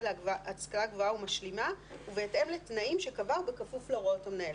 להשכלה גבוהה ומשלימה ובהתאם לתנאים שקבע ובכפוף להוראות המנהל".